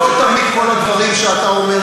לא תמיד כל הדברים שאתה אומר,